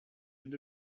end